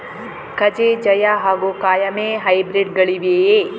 ಕಜೆ ಜಯ ಹಾಗೂ ಕಾಯಮೆ ಹೈಬ್ರಿಡ್ ಗಳಿವೆಯೇ?